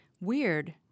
Weird